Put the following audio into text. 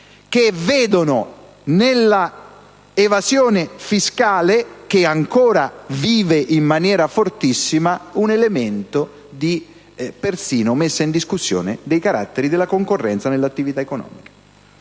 che vedono nell'evasione fiscale, che ancora vive in maniera fortissima, un elemento di messa in discussione della concorrenza nell'attività economica.